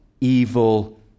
evil